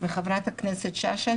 וחברת הכנסת שאשא,